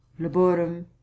laborum